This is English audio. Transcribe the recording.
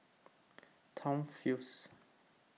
Tom Phillips